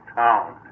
town